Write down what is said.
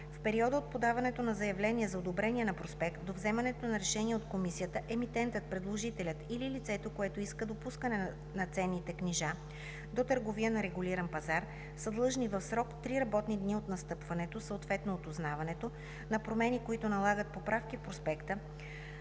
В периода от подаването на заявление за одобрение на проспект до вземането на решение от комисията емитентът, предложителят или лицето, което иска допускане на ценните книжа до търговия на регулиран пазар, са длъжни в срок три работни дни от настъпването, съответно от узнаването, на промени, които налагат поправки в проспекта,